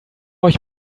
euch